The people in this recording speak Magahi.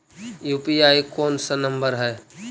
यु.पी.आई कोन सा नम्बर हैं?